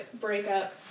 breakup